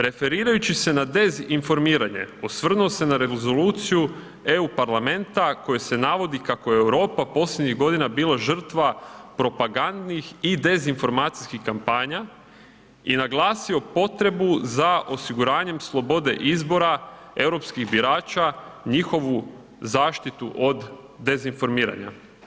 Referirajući se na dezinformiranje osvrnuo se na Rezoluciju EU parlamenta u kojoj se navodi kako je Europa posljednjih godina bila žrtva propagandnih i dezinformacijskih kampanja i naglasio potrebu za osiguranjem slobode izbora europskih birača, njihovu zaštitu od dezinformiranja.